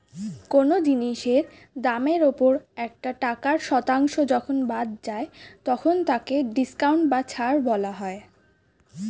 কোন জিনিসের দামের ওপর একটা টাকার শতাংশ যখন বাদ যায় তখন তাকে ডিসকাউন্ট বা ছাড় বলা হয়